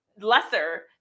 lesser